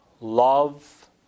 love